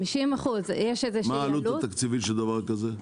50%. מה העלות התקציבית של דבר כזה?